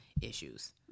issues